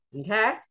Okay